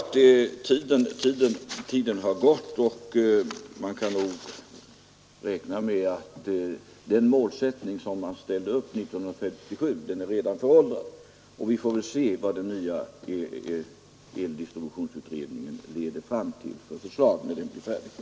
Tiden har gått, och man kan nog räkna med att den målsättning som man ställde upp 1957 redan är föråldrad. Vi får väl se vilka förslag den nya eldistributionsutredningen leder fram till när den blir färdig.